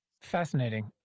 Fascinating